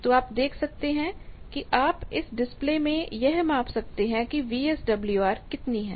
तो आप देख सकते हैं कि आप इस डिस्प्ले में यह माप सकते हैं कि वीएसडब्ल्यूआर कितनी है